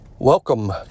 Welcome